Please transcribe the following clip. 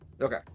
Okay